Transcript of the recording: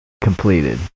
completed